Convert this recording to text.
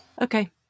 Okay